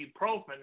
ibuprofen